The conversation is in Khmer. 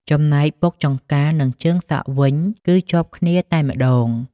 ចំណែកពុកចង្កានិងជើងសក់វិញ គឺជាប់គ្នាតែម្តង។